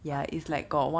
but 他